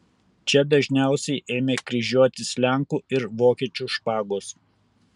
čia dažniausiai ėmė kryžiuotis lenkų ir vokiečių špagos